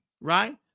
Right